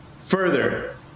further